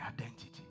identity